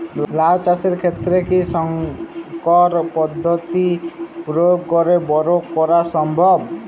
লাও চাষের ক্ষেত্রে কি সংকর পদ্ধতি প্রয়োগ করে বরো করা সম্ভব?